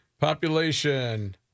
Population